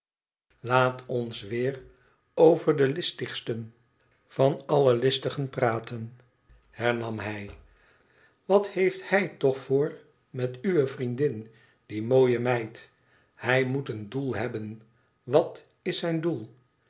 laat ons weer over dien listigsten van alle listigen praten hernam hij t wat heeft hij toch voor met uwe vriendin die mooie meid hij moet een doel hebben wat is zijn doel